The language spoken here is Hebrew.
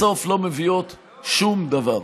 בסוף לא מביאות שום דבר.